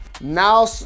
now